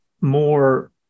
more